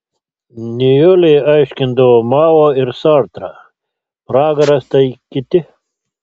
nijolei aiškindavo mao ir sartrą pragaras tai kiti